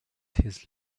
his